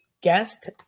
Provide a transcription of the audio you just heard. guest